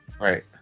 right